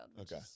okay